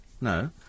No